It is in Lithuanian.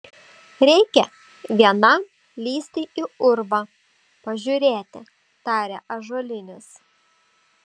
reikia vienam lįsti į urvą pažiūrėti tarė ąžuolinis